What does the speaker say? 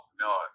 no